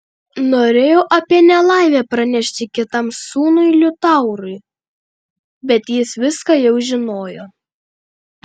norėjau apie nelaimę pranešti kitam sūnui liutaurui bet jis viską jau žinojo